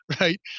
right